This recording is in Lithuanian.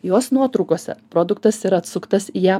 jos nuotraukose produktas yra atsuktas į ją